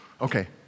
Okay